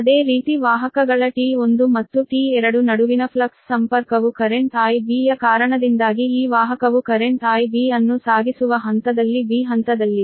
ಅದೇ ರೀತಿ ವಾಹಕಗಳ T1 ಮತ್ತು T2 ನಡುವಿನ ಫ್ಲಕ್ಸ್ ಸಂಪರ್ಕವು ಕರೆಂಟ್ Ib ಯ ಕಾರಣದಿಂದಾಗಿ ಈ ವಾಹಕವು ಕರೆಂಟ್ Ib ಅನ್ನು ಸಾಗಿಸುವ ಹಂತದಲ್ಲಿ b ಹಂತದಲ್ಲಿದೆ